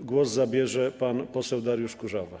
głos zabierze pan poseł Dariusz Kurzawa.